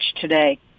today